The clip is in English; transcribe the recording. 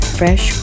fresh